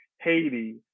Haiti